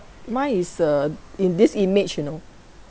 mine is uh in this image you know